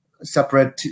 separate